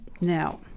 Now